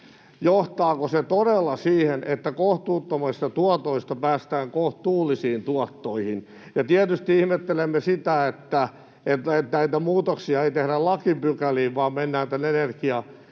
johtaako se todella siihen, että kohtuuttomista tuotoista päästään kohtuullisiin tuottoihin. Ja tietysti ihmettelemme sitä, että näitä muutoksia ei tehdä lakipykäliin, vaan mennään tämän